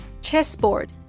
Chessboard